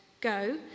go